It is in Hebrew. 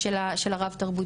תודה לך.